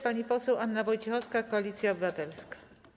Pani poseł Anna Wojciechowska, Koalicja Obywatelska.